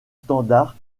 standard